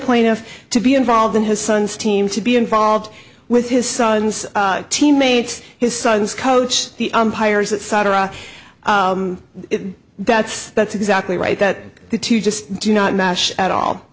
plaintiff to be involved in his son's team to be involved with his son's teammates his son's coach the umpires that cetera that's that's exactly right that the two just do not match at all